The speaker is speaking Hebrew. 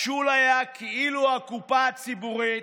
משל, כאילו הקופה הציבורית